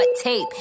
tape